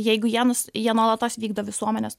jeigu jiems jie nuolatos vykdo visuomenės